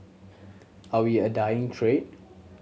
are we a dying trade